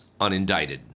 unindicted